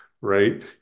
right